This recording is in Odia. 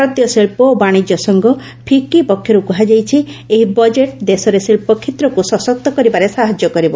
ଭାରତୀୟ ଶିଳ୍ପ ଓ ବାଣିଜ୍ୟ ସଂଘ ଫିକି ପକ୍ଷରୁ କୁହାଯାଇଛି ଏହି ବଜେଟ୍ ଦେଶରେ ଶିଳ୍ପ କ୍ଷେତ୍ରକୁ ସଶକ୍ତ କରିବାରେ ସାହାଯ୍ୟ କରିବ